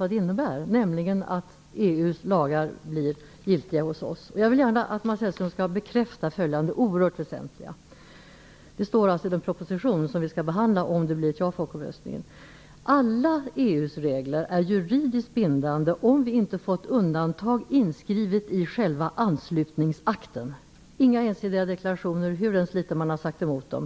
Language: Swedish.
medlemskapet innebär, nämligen att EU:s lagar blir giltiga hos oss. Jag vill gärna att Mats Hellström skall bekräfta följande som är oerhört väsentligt, vilket står i den proposition som skall behandlas om det blir ett ja vid folkomröstningen: "Alla EU:s regler är juridiskt bindande om vi inte fått undantag inskrivet i själva anslutningsakten." Alltså: Inga ensidiga deklarationer hur litet man än har sagt emot EU.